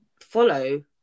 follow